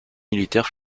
militaire